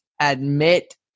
admit